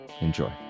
Enjoy